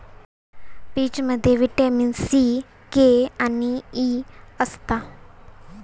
पीचमध्ये vitamin C, K आणि E असता